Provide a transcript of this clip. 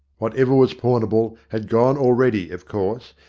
whatever was pawnable had gone already, of course,